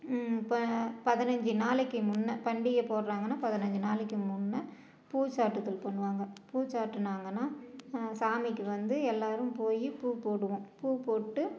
இப்போ பதினஞ்சு நாளைக்கு முன்னே பண்டிகை போடுறாங்கன்னா பதினஞ்சு நாளைக்கு முன்னே பூ சாற்றுதல் பண்ணுவாங்க பூ சாட்டுனாங்கன்னா சாமிக்கு வந்து எல்லாரும் போய் பூ போடுவோம் பூ போட்டு